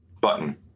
button